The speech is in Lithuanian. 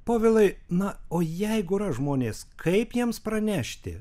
povilai na o jeigu ras žmonės kaip jiems pranešti